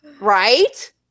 Right